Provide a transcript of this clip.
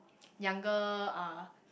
younger uh